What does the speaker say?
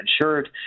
insured